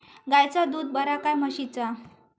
गायचा दूध बरा काय म्हशीचा?